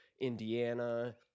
Indiana